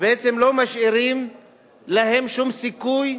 בעצם לא משאירים להם שום סיכוי.